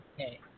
okay